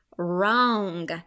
wrong